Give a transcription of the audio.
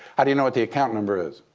how do you know the account number is?